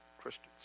Christians